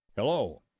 Hello